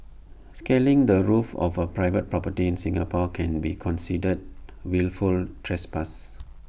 scaling the roof of A private property in Singapore can be considered wilful trespass